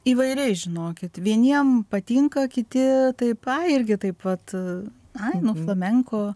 įvairiai žinokit vieniem patinka kiti taip irgi taip vat ai nu flamenko